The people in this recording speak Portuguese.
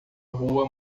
rua